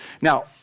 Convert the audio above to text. Now